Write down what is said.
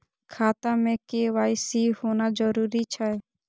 खाता में के.वाई.सी होना जरूरी छै?